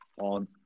on